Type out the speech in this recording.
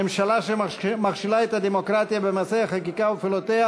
ממשלה שמכשילה את הדמוקרטיה במעשי החקיקה ובפעולותיה